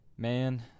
Man